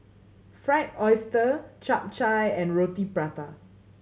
Fried Oyster Chap Chai and Roti Prata